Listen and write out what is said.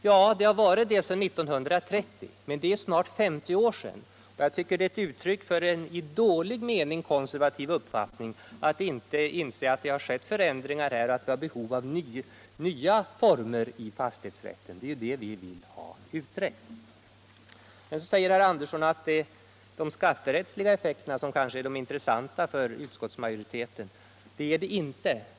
Ja, det har varit det sedan 1930, alltså i snart 50 år, och jag tycker det är ett uttryck för en i dålig mening konservativ uppfattning att inte inse att det har skett förändringar och att det kan finnas behov av nya former i fastighetsrätten. Det är ju dessa former vi vill ha utredda. Det har sagts att de skatterättsliga aspekterna skulle vara mest intressanta för utskottsmajoriteten. Det är de inte.